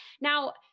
Now